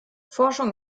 forschung